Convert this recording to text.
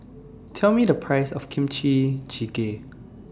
Tell Me The priceS of Kimchi Jjigae